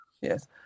Yes